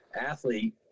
athlete